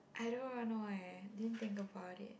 I don't even know leh didn't think about it